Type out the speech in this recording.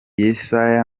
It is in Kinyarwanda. yesaya